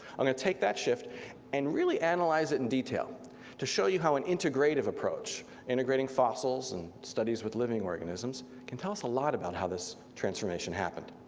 i'm gonna take that shift and really analyze it in detail to show you how an integrative approach, integrating fossils, and studies with living organisms, can tell us a lot about how this transformation happened.